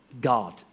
God